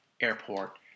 Airport